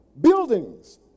Buildings